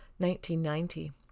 1990